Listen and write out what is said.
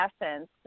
essence